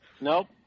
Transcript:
Nope